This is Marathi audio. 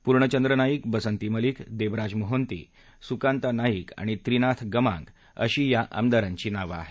पूर्णचंद्र नाईक बसंती मालिक देबराज मोहंती सुकांता नाईक आणि त्रिनाथ गमांग अशी या आमदारांची नावे आहेत